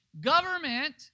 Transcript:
Government